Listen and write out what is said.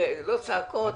לא צעקות,